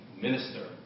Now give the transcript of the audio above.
minister